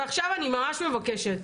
עכשיו אני ממש מבקשת,